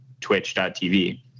twitch.tv